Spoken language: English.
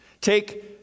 Take